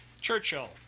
Churchill